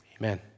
Amen